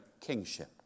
kingship